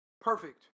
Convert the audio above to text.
perfect